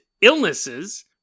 illnesses